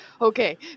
okay